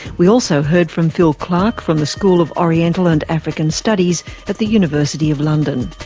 we also heard from phil clark from the school of oriental and african studies at the university of london.